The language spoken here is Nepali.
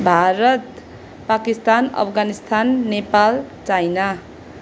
भारत पाकिस्तान अफगानिस्तान नेपाल चाइना